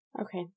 Okay